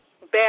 bad